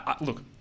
look